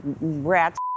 rat's